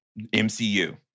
MCU